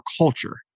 culture